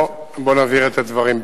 בוא נבהיר את הדברים.